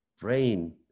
brain